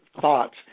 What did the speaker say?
thoughts